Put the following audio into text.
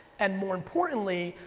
and more importantly,